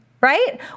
Right